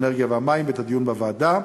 האנרגיה והמים בדיון בוועדה,